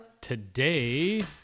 today